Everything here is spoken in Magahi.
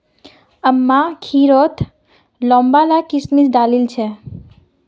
अम्मा खिरत लंबा ला किशमिश डालिल छेक